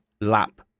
lap